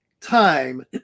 time